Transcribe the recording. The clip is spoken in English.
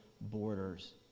borders